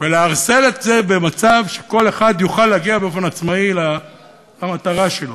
ולערסל את זה במצב שכל אחד יוכל להגיע באופן עצמאי למטרה שלו.